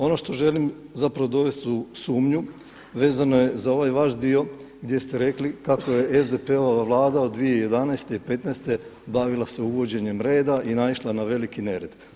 Ono što želim zapravo dovest u sumnju vezano je za ovaj vaš dio gdje ste rekli kako je SDP-ova Vlada od 2011. i petnaeste bavila se uvođenjem reda i naišla na veliki nered.